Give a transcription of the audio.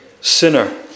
sinner